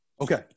Okay